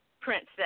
princess